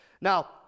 Now